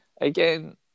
Again